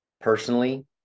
personally